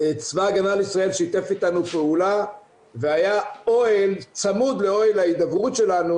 צבא הגנה לישראל שיתף איתנו פעולה והיה אוהל צמוד לאוהל ההידברות שלנו,